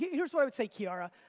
here's what i would say kiara.